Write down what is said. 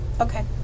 Okay